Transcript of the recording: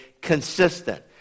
consistent